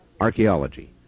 archaeology